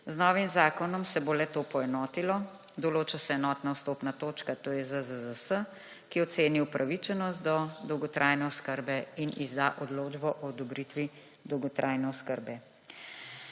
Z novim zakonom se bo le to poenotilo, določa se enotna vstopna točka, to je ZZZS, ki oceni upravičenost do dolgotrajne oskrbe in izda odločbo o odobritvi dolgotrajne oskrbe.